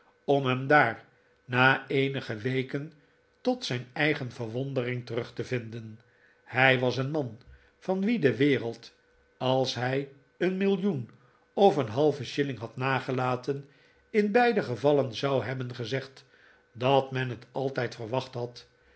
om hem daar na eenige weken tot zijn eigen verwondering terug te vinden hij was een man van wien de wereld als hij een millioen of een halven shilling had nagelaten in beide gevallen zou hebben gezegd dat men het altijd verwacht had